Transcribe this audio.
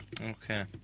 Okay